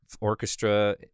Orchestra